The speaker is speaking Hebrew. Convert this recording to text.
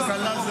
המשרדים.